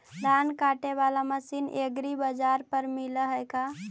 धान काटे बाला मशीन एग्रीबाजार पर मिल है का?